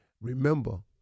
Remember